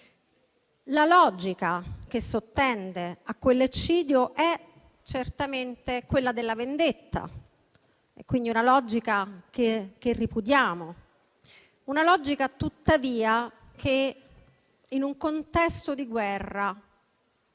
La logica che sottende a quell'eccidio è certamente quella della vendetta e, quindi, è una logica che ripudiamo, ma che in un contesto di guerra